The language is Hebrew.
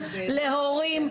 להורים,